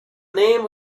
name